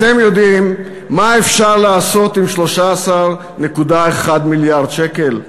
אתם יודעים מה אפשר לעשות עם 13.1 מיליארד שקל?